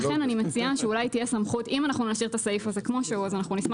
אם אנחנו נשאיר את הסעיף הזה כמו שהוא אז אנחנו נשמח